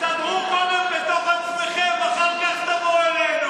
תסתדרו קודם בתוך עצמכם, אחר כך תבואו אלינו.